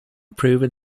proven